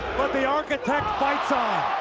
but the architect fights on.